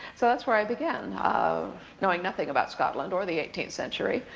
so that's where i began. um knowing nothing about scotland or the eighteenth century.